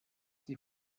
sie